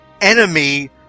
enemy